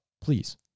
please